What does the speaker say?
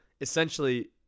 essentially